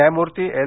न्यायमूर्ती एल